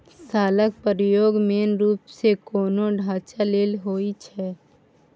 शालक प्रयोग मेन रुप सँ कोनो ढांचा लेल होइ छै